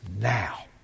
now